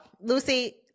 Lucy